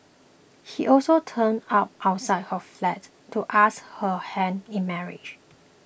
he also turned up outside her flat to ask her hand in marriage